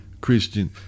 Christian